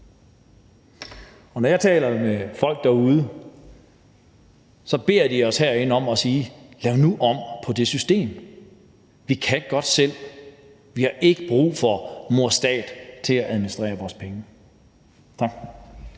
og når jeg taler med folk derude, beder de os om herinde at sige: Lav nu om på det system; vi kan godt selv; vi har ikke brug for mor stat til at administrere vores penge. Tak.